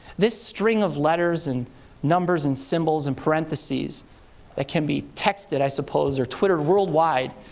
this string of letters and numbers and symbols and parentheses that can be texted, i suppose, or twittered worldwide,